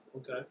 Okay